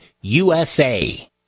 USA